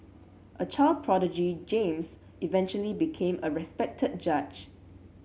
a child prodigy James eventually became a respected judge